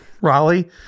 Raleigh